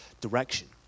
direction